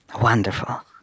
Wonderful